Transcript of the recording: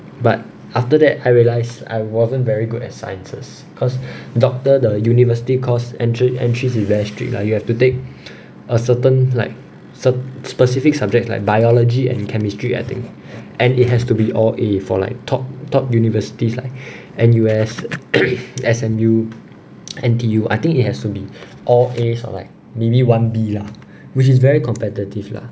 but after that I realised I wasn't very good at sciences cause doctor the university course entry entrance is very strict lah you have to get a certain like some specific subjects like biology and chemistry I think and it has to be all A for like top top universities like N_U_S S_M_U N_T_U I think it has to be all ace or like maybe one B lah which is very competitive lah